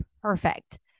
perfect